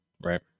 Right